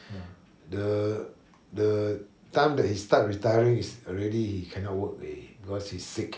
the the time that he start retiring is already he cannot work already because he's sick